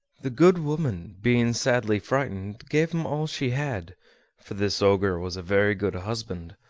the good woman, being sadly frightened, gave him all she had for this ogre was a very good husband,